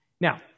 Now